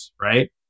right